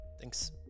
Thanks